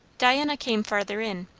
diana came farther in.